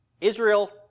Israel